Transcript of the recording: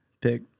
pick